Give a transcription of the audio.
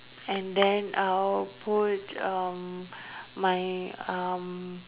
and then I'll put uh my uh